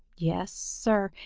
yes, sir,